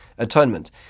Atonement